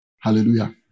Hallelujah